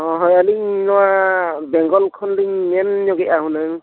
ᱦᱳᱭ ᱦᱳᱭ ᱟᱹᱞᱤᱧ ᱱᱚᱣᱟ ᱵᱮᱝᱜᱚᱞ ᱠᱷᱚᱱᱞᱤᱧ ᱢᱮᱱ ᱧᱚᱜ ᱮᱜᱼᱟ ᱦᱩᱱᱟᱹᱝ